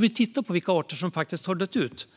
Vi kan titta på vilka arter som faktiskt har dött ut.